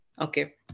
Okay